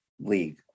league